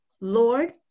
Lord